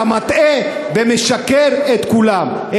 אתה מטעה ומשקר את כולם,